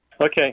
Okay